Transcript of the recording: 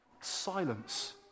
silence